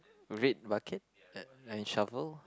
red bucket and and shovel